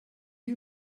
you